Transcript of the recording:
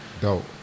Dope